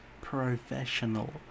Professional